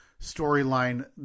storyline